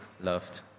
loved